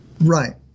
Right